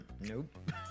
Nope